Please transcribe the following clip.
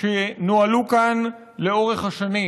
שנוהלו כאן לאורך השנים.